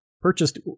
Purchased